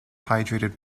hydrated